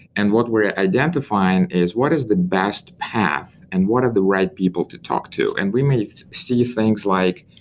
and what we're identifying is what is the best path and what are the right people to talk to. and we may see see things like,